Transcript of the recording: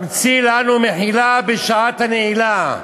המציא לנו מחילה בשעת הנעילה".